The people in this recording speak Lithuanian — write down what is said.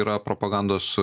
yra propagandos